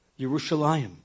Jerusalem